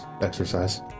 Exercise